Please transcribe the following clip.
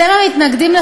זה יום שחור.